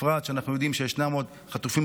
ובפרט שאנחנו יודעים שישנם עוד חטופים